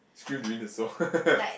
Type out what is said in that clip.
scream during the song